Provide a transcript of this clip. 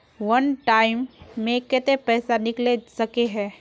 वन time मैं केते पैसा निकले सके है?